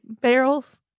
barrels